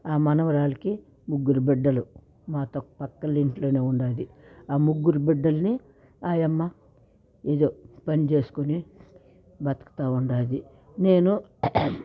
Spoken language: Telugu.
ఆ మనవరాలికి ముగ్గురు బిడ్డలు మాతో పక్కన ఇంట్లోనే ఉన్నది ఆ ముగ్గురు బిడ్డల్ని ఆ అమ్మ ఏదో పని చేసుకుని బతుకుతూ ఉన్నది నేను